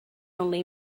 only